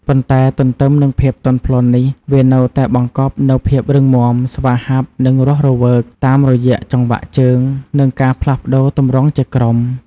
ប៉ុន្តែទន្ទឹមនឹងភាពទន់ភ្លន់នេះ វានៅតែបង្កប់នូវភាពរឹងមាំ ស្វាហាប់ និងរស់រវើក តាមរយៈចង្វាក់ជើង និងការផ្លាស់ប្តូរទម្រង់ជាក្រុម។